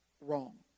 wrong